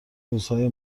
روزهای